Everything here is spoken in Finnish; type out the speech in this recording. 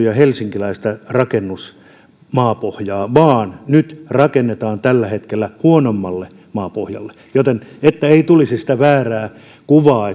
ja helsinkiläistä rakennusmaapohjaa vaan nyt tällä hetkellä rakennetaan huonommalle maapohjalle joten että ei tulisi sitä väärää kuvaa